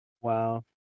Wow